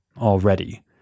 already